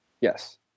Yes